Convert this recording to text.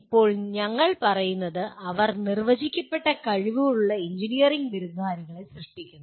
ഇപ്പോൾ ഞങ്ങൾ പറയുന്നത് അവർ നിർവചിക്കപ്പെട്ട കഴിവുകളുള്ള എഞ്ചിനീയറിംഗ് ബിരുദധാരികളെ സൃഷ്ടിക്കുന്നു